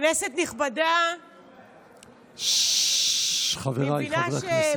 כנסת נכבדה, ששש, חבריי חברי הכנסת.